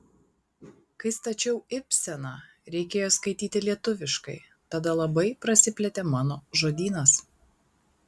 kai stačiau ibseną reikėjo skaityti lietuviškai tada labai prasiplėtė mano žodynas